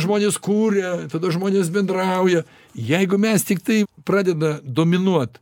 žmonės kuria tada žmonės bendrauja jeigu mes tiktai pradeda dominuot